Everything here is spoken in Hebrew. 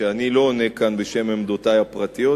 שאני לא עונה כאן בשם עמדותי הפרטיות,